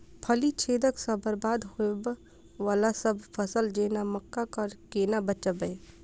फली छेदक सँ बरबाद होबय वलासभ फसल जेना मक्का कऽ केना बचयब?